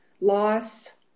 loss